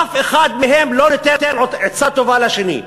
אף אחד מהם לא נותן עצה טובה לשני.